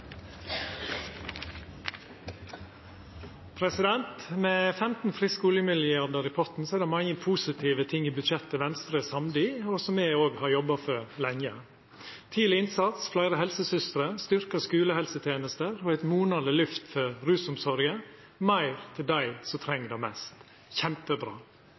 det mange positive ting i budsjettet Venstre er samde i, og som me òg har jobba for lenge: tidleg innsats, fleire helsesystrer, styrkt skulehelseteneste og eit monaleg lyft for rusomsorga – meir til dei som treng det mest. Kjempebra